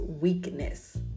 weakness